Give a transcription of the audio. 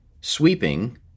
sweeping